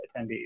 attendees